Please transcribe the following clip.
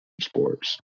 sports